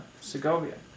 Segovia